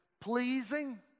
Pleasing